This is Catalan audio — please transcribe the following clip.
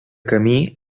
camí